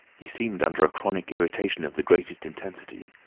he seemed under a chronic irritation of the greatest intensity.